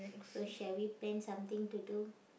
so shall we plan something to do